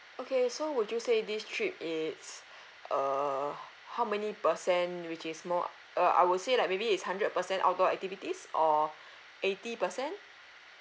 okay so would you say this trip it's uh how many percent which is more uh I would say like maybe it's hundred percent outdoor activities or eighty percent